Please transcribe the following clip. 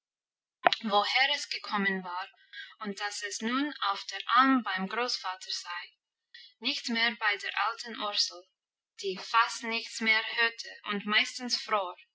woher es gekommen war und dass es nun auf der alm beim großvater sei nicht mehr bei der alten ursel die fast nichts mehr hörte und meistens fror